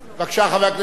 חבר הכנסת ברכה,